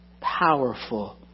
powerful